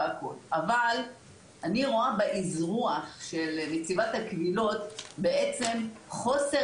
אבל אני רואה באזרוח של נציבת הקבילות את חוסר